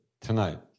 tonight